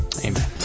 Amen